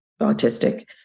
autistic